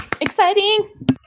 Exciting